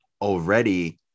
already